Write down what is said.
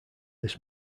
this